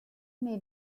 may